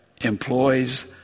employs